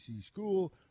school